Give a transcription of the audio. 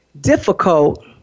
difficult